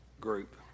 group